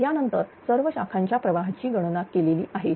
यानंतर सर्व शाखांच्या प्रवाहाची गणना केलेली आहे